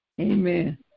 Amen